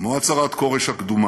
כמו הצהרת כורש הקדומה,